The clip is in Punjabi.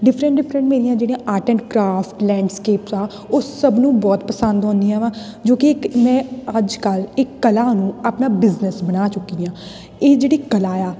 ਡਿਫਰੈਂਟ ਡਿਫਰੈਂਟ ਮੇਰੀਆਂ ਜਿਹੜੀਆਂ ਆਰਟ ਐਂਡ ਕਰਾਫਟ ਲੈਂਡਸਕੇਪ ਆ ਉਹ ਸਭ ਨੂੰ ਬਹੁਤ ਪਸੰਦ ਆਉਂਦੀਆ ਵਾ ਜੋ ਕਿ ਇੱਕ ਮੈਂ ਅੱਜ ਕੱਲ੍ਹ ਇੱਕ ਕਲਾ ਨੂੰ ਆਪਣਾ ਬਿਜਨਸ ਬਣਾ ਚੁੱਕੀ ਹਾਂ ਇਹ ਜਿਹੜੀ ਕਲਾ ਆ